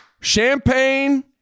Champagne